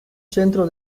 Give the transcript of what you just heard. centro